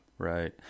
Right